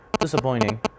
Disappointing